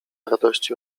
radości